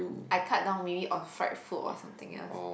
I cut down maybe on fried food or something else